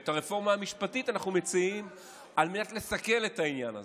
ואת הרפורמה המשפטית אנחנו מציעים על מנת לסכל את העניין הזה.